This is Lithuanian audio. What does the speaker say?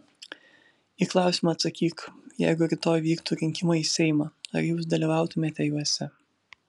į klausimą atsakyk jeigu rytoj vyktų rinkimai į seimą ar jūs dalyvautumėte juose